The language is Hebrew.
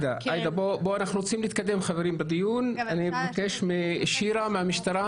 אני אבקש משירה מהמשטרה,